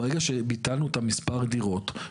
ברגע שביטלנו את מספר הדירות.